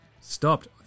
stopped